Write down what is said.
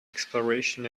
exploration